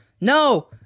No